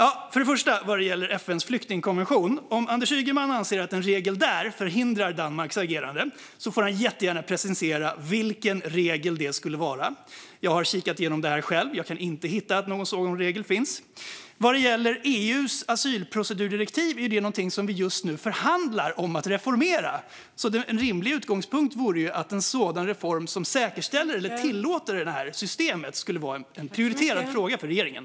Om Anders Ygeman anser att en regel i FN:s flyktingkonvention hindrar Danmarks agerande får han jättegärna precisera vilken regel det skulle vara. Jag har kikat igenom det själv. Jag kan inte hitta att någon sådan regel finns. Vad gäller EU:s asylprocedurdirektiv är det någonting som vi just nu förhandlar om att reformera. En rimlig utgångspunkt vore att en sådan reform som säkerställer eller tillåter detta system skulle vara en prioriterad fråga för regeringen.